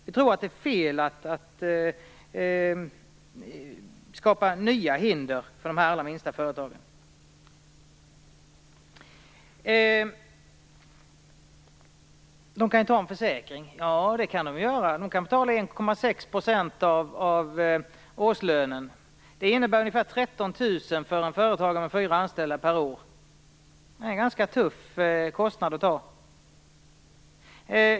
Vi tror att det är fel att skapa nya hinder för de allra minsta företagen. De kan ta en försäkring. Ja, de kan betala in 1,6 % av årslönen. Det innebär ungefär 13 000 per år för en företagare med fyra anställda. Det är en ganska tuff kostnad att ta.